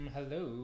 Hello